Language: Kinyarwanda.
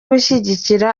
gushyigikira